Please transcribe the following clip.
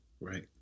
right